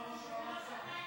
אתה יכול לחזור על מה שאמרת?